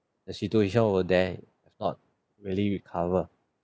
the situation over there is not really recover